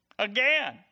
Again